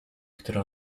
które